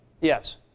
Yes